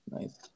Nice